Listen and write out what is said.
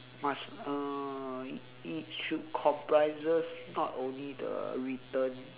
must uh it it should comprises not only the written